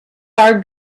are